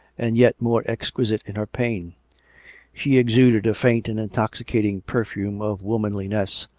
and yet more exquisite in her pain she exuded a faint and intoxi cating perfume of womanliness,